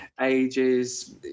Ages